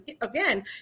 again